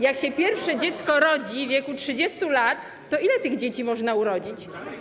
Jak się pierwsze dziecko rodzi w wieku 30 lat, to ile tych dzieci można urodzić?